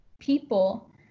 people